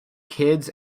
kids